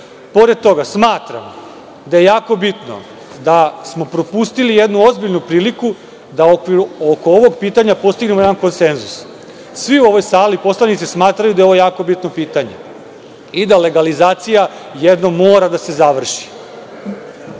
toga, smatram da je jako bitno što smo propustili jednu ozbiljnu priliku da u okviru ovog pitanja postignemo jedan konsenzus. Svi poslanici u ovoj sali smatraju da je ovo jako bitno pitanje i da legalizacija jednom mora da se završi.